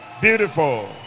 Beautiful